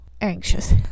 anxious